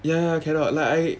ya cannot like I